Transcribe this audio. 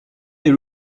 est